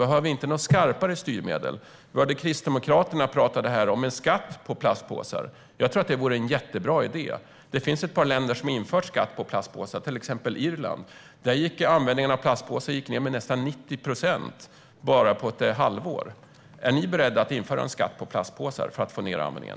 Behöver vi inte något skarpare styrmedel? Vi hörde Kristdemokraterna prata om en skatt på plastpåsar. Jag tror att det vore en mycket bra idé. Det finns ett par länder som har infört skatt på plastpåsar, till exempel Irland. Användningen av plastpåsar minskade med nästan 90 procent på bara ett halvår. Är ni beredda att införa en skatt på plastpåsar för att minska användningen?